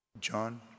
John